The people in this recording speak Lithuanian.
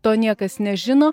to niekas nežino